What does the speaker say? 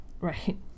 Right